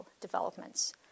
developments